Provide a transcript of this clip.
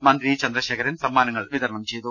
മന്ത്രി ഇ ചന്ദ്ര ശേഖരൻ സമ്മാനങ്ങൾ വിതരണം ചെയ്തു